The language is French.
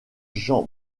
jean